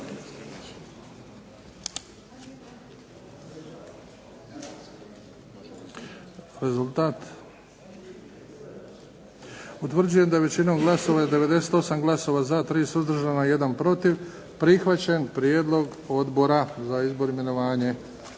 Rezultat? Utvrđujem da je većinom glasova, 98 glasova za, 3 suzdržana i 1 protiv prihvaćen prijedlog Odbora za izbor i imenovanje.